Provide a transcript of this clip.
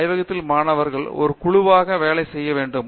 ஆய்வில் மாணவர்கள் ஒரு குழுவாக வேலை செய்ய வேண்டும்